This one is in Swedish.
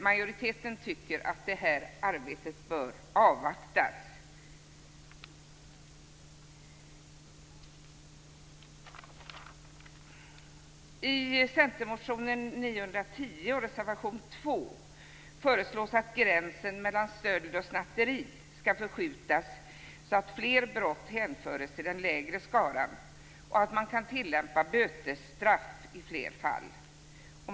Majoriteten tycker att det här arbetet bör avvaktas. I centermotionen 910 och reservation 2 föreslås att gränsen mellan stöld och snatteri skall förskjutas så att fler brott hänförs till den lägre skalan och att man kan tillämpa bötesstraff i fler fall.